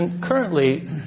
currently